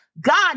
God